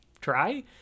try